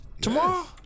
Tomorrow